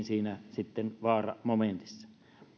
siinä sitten vaaramomentissa